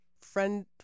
friend